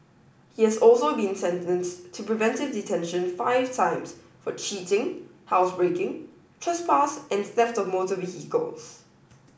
he has also been sentenced to preventive detention five times for cheating housebreaking trespass and theft of motor vehicles